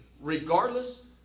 regardless